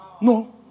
No